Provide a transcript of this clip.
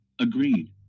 Agreed